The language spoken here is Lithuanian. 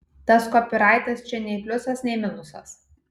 tas kopyraitas čia nei pliusas nei minusas